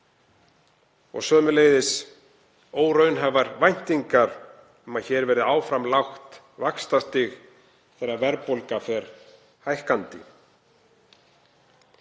og sömuleiðis eru óraunhæfar væntingar um að hér verði áfram lágt vaxtastig þegar verðbólga fer hækkandi.